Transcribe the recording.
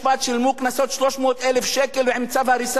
שילמו קנסות 300,000 שקל עם צו הריסה,